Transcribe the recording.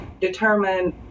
determine